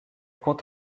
compte